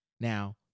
Now